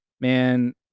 man